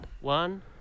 One